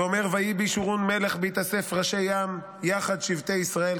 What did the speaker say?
ואומר: "ויהי בישֻׁרון מלך בהתאסף ראשי עם יחד שבטי ישראל",